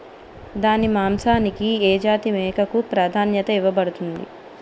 దాని మాంసానికి ఏ జాతి మేకకు ప్రాధాన్యత ఇవ్వబడుతుంది?